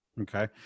Okay